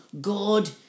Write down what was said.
God